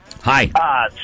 Hi